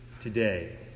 today